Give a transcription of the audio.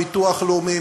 ביטוח לאומי,